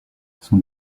son